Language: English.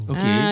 Okay